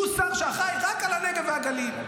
הוא שר שאחראי רק על הנגב והגליל.